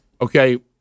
Okay